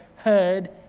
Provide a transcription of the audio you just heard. heard